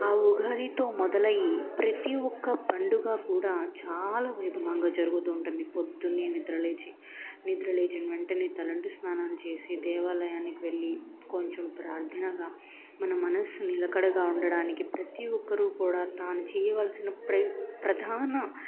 ఆ ఉగాదితో మొదలై ప్రతి ఒక్క పండుగ కూడా చాలా వైభవంగా జరుగుతూ ఉంటుంది పొద్దున్నే నిద్రలేచి నిద్రలేచిన వెంటనే తలంటి స్నానం చేసి దేవాలయానికి వెళ్లి కొంచెం ప్రార్థనగా మన మనసు నిలకడగా ఉండడానికి ప్రతి ఒక్కరూ కూడా తాను చేయవలసిన ప్ర ప్రధాన